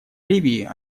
ливии